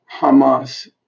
Hamas